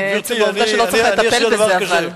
גברתי, אני אעשה דבר כזה,